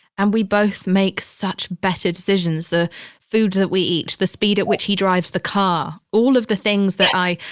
and we both make such better decisions. the food that we eat. the speed at which he drives the car. all of the things that i,